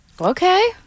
Okay